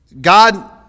God